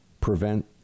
prevent